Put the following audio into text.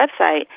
website